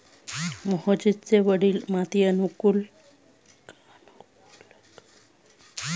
मोहजितचे वडील माती अनुकूलक यंत्राविषयी चर्चा करत होते